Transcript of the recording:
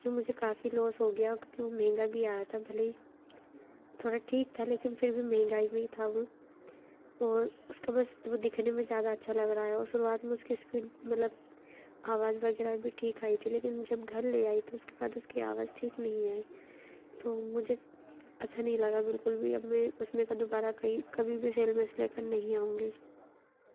जो मुझे काफ़ी लॉस हो गया क्योंकि वह महंगा भी आया था भले ही थोड़ा ठीक था लेकिन फिर भी महंगाई में था वह और उसका बस वह दिखने में ज़्यादा अच्छा लग रहा है और शुरुवात में उसकी स्पीड मतलब आवाज़ वगैरह भी ठीक आई थी लेकिन जब घर ले आई तो उसके बाद उसकी आवाज़ ठीक नहीं आई तो मुझे अच्छा नहीं लगा बिल्कुल भी अब मैं उसमें का दोबारा कहीं कभी भी सेल में से लेकर नही आऊँगी